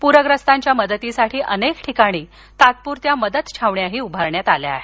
पूरग्रस्तांच्या मदतीसाठी अनेक ठिकाणी तात्पुरत्या मदत छावण्या उभारण्यात आल्या आहेत